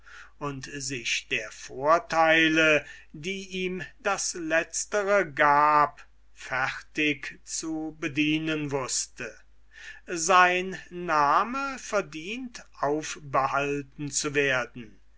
und sich der vorteile die ihm das letztere gab fertig zu bedienen wußte sein name verdient aufbehalten zu werden